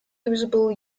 usable